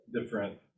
different